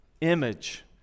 image